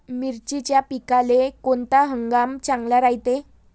मिर्चीच्या पिकाले कोनता हंगाम चांगला रायते?